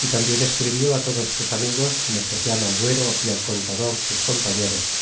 y tambien escribió todos sus amigos en especial al duero y al contador sus compañeros